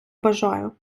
бажаю